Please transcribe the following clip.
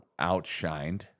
outshined